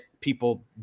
people